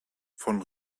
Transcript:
von